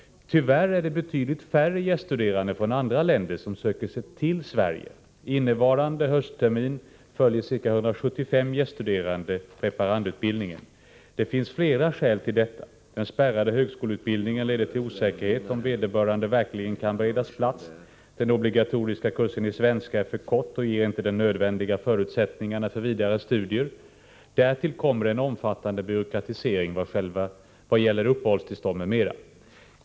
Tyvärr är det betydligt färre gäststuderande från andra länder som söker : sig till Sverige. Innevarande hösttermin följer ca 175 gäststuderande preparandutbildningen. Det finns flera skäl till detta. Den spärrade högskoleutbildningen leder till osäkerhet om huruvida vederbörande verkligen kan beredas plats. Den obligatoriska kursen i svenska är för kort och ger inte de nödvändiga förutsättningarna för vidare studier. Därtill kommer en omfattande byråkratisering i vad gäller uppehållstillstånd m.m.